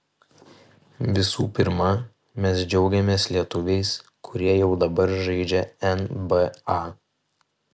visų pirma mes džiaugiamės lietuviais kurie jau dabar žaidžia nba